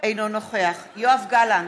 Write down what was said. אינו נוכח יואב גלנט,